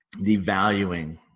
devaluing